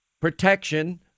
protection